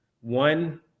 One